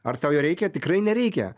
ar tau jo reikia tikrai nereikia